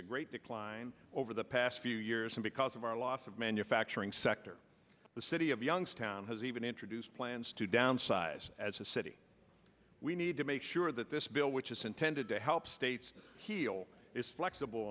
a great decline over the past few years and because of our loss of manufacturing sector the city of youngstown has even introduced plans to downsize as a city we need to make sure that this bill which is intended to help states heal is flexible